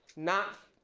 not,